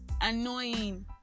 annoying